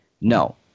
no